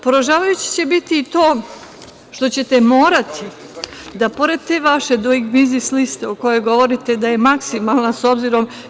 Poražavajuće će biti i to što ćete morati da, pored te vaše „Duing biznis liste“, o kojoj govorite da je maksimalna, s obzirom…